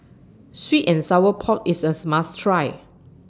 Sweet and Sour Pork IS US must Try